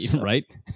right